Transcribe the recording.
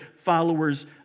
followers